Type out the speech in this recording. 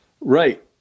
Right